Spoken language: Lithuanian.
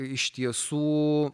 iš tiesų